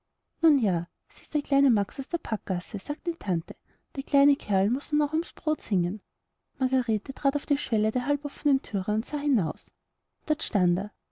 nun ja s ist der kleine max aus dem packhause sagte die tante der kleine kerl muß nun auch ums brot singen margarete trat auf die schwelle der halboffenen thüre und sah hinaus dort stand er